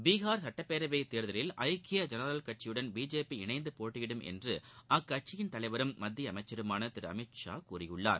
பீகார் சட்டப்பேரவைத் தேர்தலில் ஐக்கிய ஜனதாதள் கட்சியுடன் பிஜேபி இணைந்து போட்டியிடும் என்று அக்கட்சியின் தலைவரும் மத்திய அமைச்சருமான திரு அமித்ஷா கூறியுள்ளார்